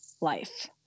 life